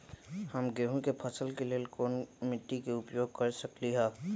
हम गेंहू के फसल के लेल कोन मिट्टी के उपयोग कर सकली ह?